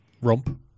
romp